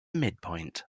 midpoint